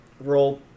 roll